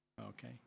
Okay